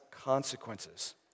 consequences